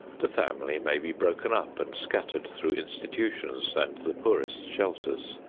the family may be broken up and scattered through institutions and the poorest shelters.